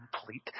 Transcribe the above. complete